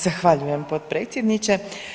Zahvaljujem potpredsjedniče.